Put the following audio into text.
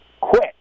quit